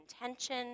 intention